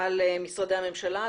על משרדי הממשלה.